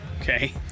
Okay